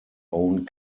own